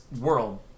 world